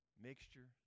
mixture